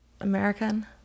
american